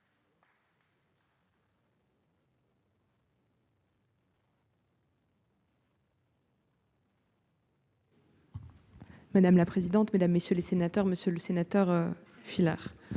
Madame la présidente, mesdames, messieurs les sénateurs, Monsieur le Sénateur Philhar